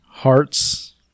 Hearts